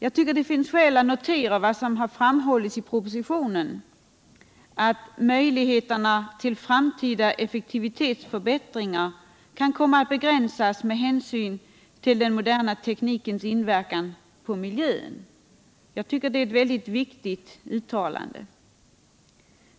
Det finns skäl att notera vad som har framhållits i propositionen om att möjligheterna till framtida effektivitetsförbättringar kan komma att begränsas med hänsyn till den moderna teknikens inverkan på miljön. Detta är ett mycket viktigt uttalande.